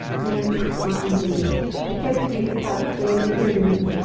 merry christmas, indeed it gets to be the saddest day in the year to me!